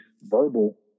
verbal